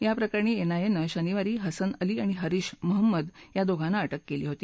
याप्रकरणी एनआयएनं शनिवारी हसन अली आणि हरीश महंमद या दोघांना अटक केली होती